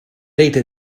rete